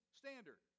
standard